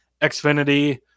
Xfinity